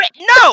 no